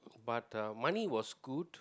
but the money was good